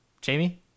Jamie